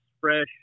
fresh